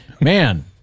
Man